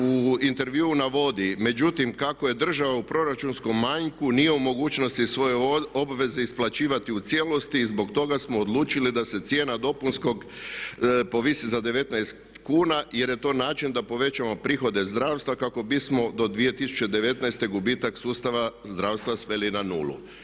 U intervju na vodi, međutim kako je država u proračunskom manjku nije u mogućnosti svoje obveze isplaćivati u cijelosti i zbog toga smo odlučili da se cijena dopunskog povisi za 19 kuna jer je to način da povećamo prihode zdravstva kako bismo do 2019.gubitak sustava zdravstva sveli na nulu.